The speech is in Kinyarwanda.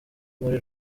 muri